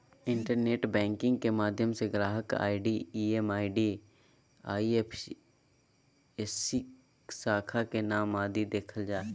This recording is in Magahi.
इंटरनेट बैंकिंग के माध्यम से ग्राहक आई.डी एम.एम.आई.डी, आई.एफ.एस.सी, शाखा के नाम आदि देखल जा हय